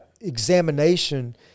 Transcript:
examination